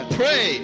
pray